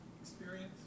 Experience